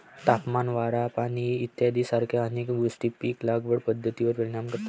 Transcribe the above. तापमान, वारा, पाणी इत्यादीसारख्या अनेक गोष्टी पीक लागवड पद्धतीवर परिणाम करतात